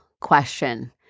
question